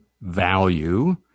value